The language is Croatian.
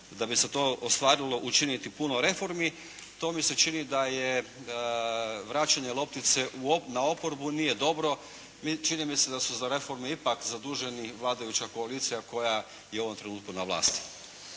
da bi se to ostvarilo učiniti puno reformi, to mi se čini da je vraćanje loptice na oporbu nije dobro. Čini mi se da su za reformu ipak zaduženi vladajuća koalicija koja je u ovom trenutku na vlasti.